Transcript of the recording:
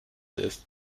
ist